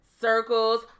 Circles